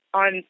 on